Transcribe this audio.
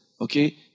Okay